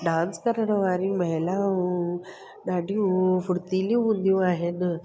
dance करण वारी महिलाऊं ॾाढियूं फुर्तिलियूं हूंदियूं आहिनि